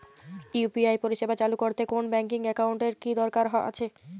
UPI পরিষেবা চালু করতে কোন ব্যকিং একাউন্ট এর কি দরকার আছে?